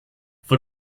for